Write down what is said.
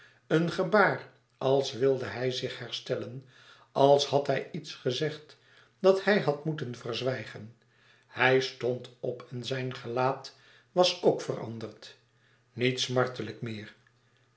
een gebaar als wilde hij zich herstellen als had hij iets gezegd dat hij had moeten verzwijgen hij stond op en zijn gelaat was ook veranderd niet smartelijk meer